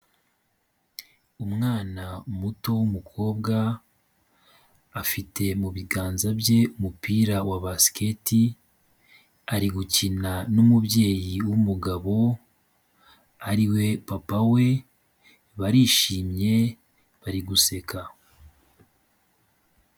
Umwana muto w'umukobwa afite mubi biganza bye umupira wa basiketi ari gukina n'umubyeyi wumugabo ariwe papa we barishimye bari guseka.